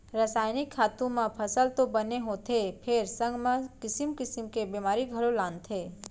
रसायनिक खातू म फसल तो बने होथे फेर संग म किसिम किसिम के बेमारी घलौ लानथे